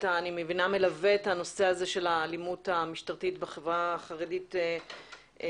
אני מבינה שאתה מלווה את הנושא של האלימות המשטרתית בחברה החרדית מקרוב,